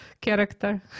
character